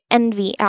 envy